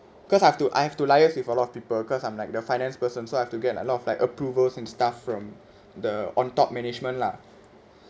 cause I have to I have to liaise with a lot of people cause I'm like the finance person so I have to get a lot of like approvals and stuff from the on-top management lah